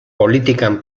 politikan